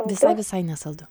visai visai nesaldu